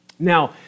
Now